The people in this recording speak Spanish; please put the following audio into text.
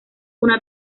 una